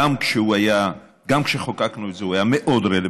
גם כשחוקקנו את זה הוא היה מאוד רלוונטי,